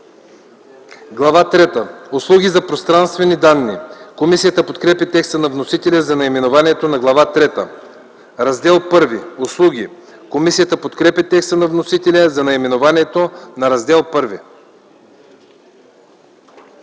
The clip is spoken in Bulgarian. трета – Услуги за пространствени данни.” Комисията подкрепя текста на вносителя за наименованието на Глава трета. „Раздел І – Услуги.” Комисията подкрепя текста на вносителя за наименованието на Раздел І.